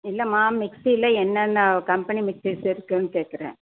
இல்லைம்மா மிக்ஸியில் என்னென்ன கம்பெனி மிக்ஸிஸ் இருக்குன்னு கேட்குறேன்